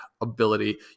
ability